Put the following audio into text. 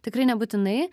tikrai nebūtinai